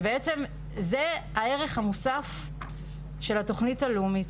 וזה הערך המוסף של התוכנית הלאומית,